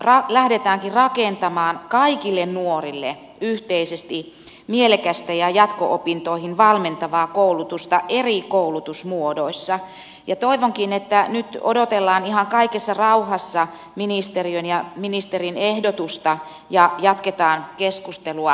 nyt lähdetäänkin rakentamaan kaikille nuorille yhteisesti mielekästä ja jatko opintoihin valmentavaa koulutusta eri koulutusmuodoissa ja toivonkin että nyt odotellaan ihan kaikessa rauhassa ministeriön ja ministerin ehdotusta ja jatketaan keskustelua sen jälkeen